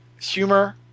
humor